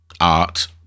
art